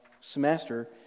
semester